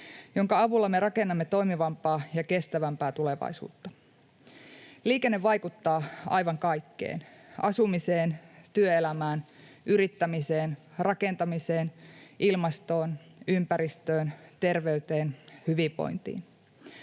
jonka avulla me rakennamme toimivampaa ja kestävämpää tulevaisuutta. Liikenne vaikuttaa aivan kaikkeen: asumiseen, työelämään, yrittämiseen, rakentamiseen, ilmastoon, ympäristöön, terveyteen, hyvinvointiin.